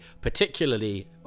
particularly